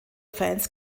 fans